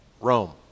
Rome